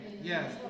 Yes